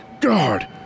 God